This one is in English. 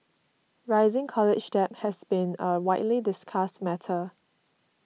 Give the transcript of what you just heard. rising college debt has been a widely discussed matter